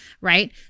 right